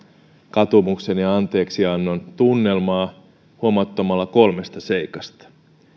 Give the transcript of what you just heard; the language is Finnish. katumuksen ja anteeksiannon tunnelmaa huomauttamalla kolmesta seikasta